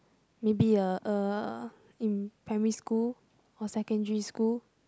maybe uh uh primary school or secondary school